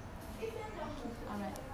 by the way I quite hungry now